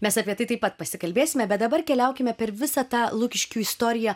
mes apie tai taip pat pasikalbėsime bet dabar keliaukime per visą tą lukiškių istoriją